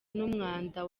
n’umwanda